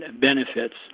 benefits